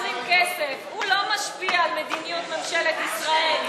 קבוצת סיעת המחנה הציוני, קבוצת סיעת יש עתיד,